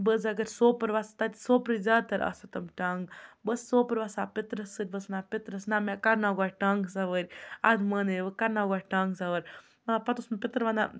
بہٕ حظ اگر سوپور وَسہٕ تَتہِ سوپرٕچ زیادٕتر آسان تِم ٹانٛگہٕ بہٕ ٲسٕس سوپور وَسان پیٚترَس سۭتۍ بہٕ ٲسٕس وَنان پیٚترَس نہ مےٚ کَرناو گۄڈٕ ٹانٛگہٕ سَوٲرۍ اَدٕ مانَے بہٕ کَرناو گۄڈنٮ۪تھ ٹانٛگہٕ سوٲرۍ آ پَتہٕ اوس مےٚ پیٚتٕر وَنان